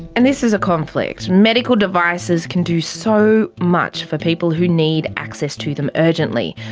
and this is a conflict, medical devices can do so much for people who need access to them urgently,